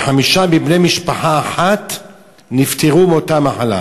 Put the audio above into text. חמישה מבני משפחה אחת נפטרו מאותה מחלה.